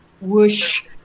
whoosh